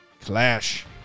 clash